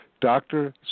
doctor